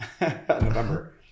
November